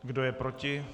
Kdo je proti?